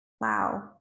wow